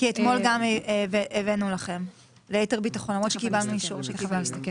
אתמול גם מסרנו לכם ליתר ביטחון למרות שקיבלנו אישור שלכם.